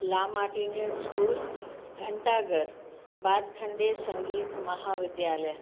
ला Martiniere school Ghanta Ghar Bhatkhande Sangeet महाविद्यालय